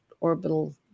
orbital